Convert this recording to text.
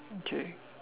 okay